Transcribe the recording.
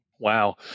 Wow